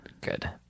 Good